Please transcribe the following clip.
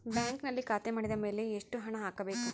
ಬ್ಯಾಂಕಿನಲ್ಲಿ ಖಾತೆ ಮಾಡಿದ ಮೇಲೆ ಎಷ್ಟು ಹಣ ಹಾಕಬೇಕು?